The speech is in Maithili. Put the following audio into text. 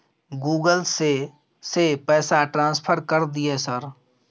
गूगल से से पैसा ट्रांसफर कर दिय सर?